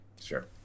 Sure